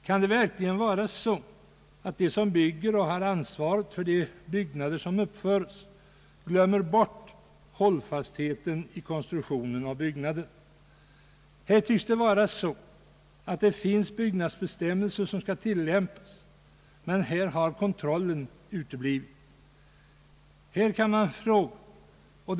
Kan det verkligen vara så att de som bygger och har ansvaret för de byggnader som uppförs glömmer bort hållfastheten i byggnadens konstruktion? Det tycks vara så att det finns byggnadsbestämmelser som skall tillämpas men att kontrollen här har uteblivit.